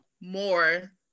more